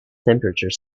temperature